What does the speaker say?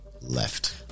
Left